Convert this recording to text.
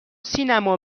سینما